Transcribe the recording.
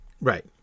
right